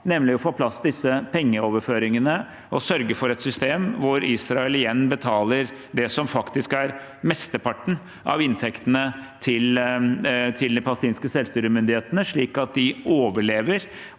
nemlig å få på plass disse pengeoverføringene og sørge for et system hvor Israel igjen betaler det som faktisk er mesteparten av inntektene, til de palestinske selvstyremyndighetene, slik at de overlever